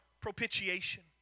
propitiation